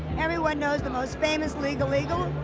everyone knows the most famous legal eagle,